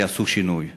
יעשו שינוי,